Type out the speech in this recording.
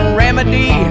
remedy